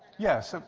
yes, ah